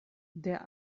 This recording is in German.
der